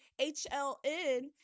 HLN